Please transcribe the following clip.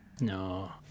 No